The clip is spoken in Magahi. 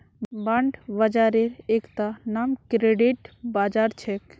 बांड बाजारेर एकता नाम क्रेडिट बाजार छेक